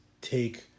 take